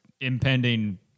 impending